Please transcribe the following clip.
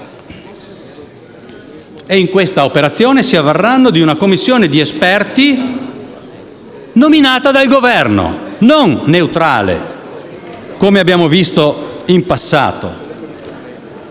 In questa operazione si avvarranno di una commissione di esperti nominata dal Governo, e quindi non neutrale, come abbiamo visto in passato.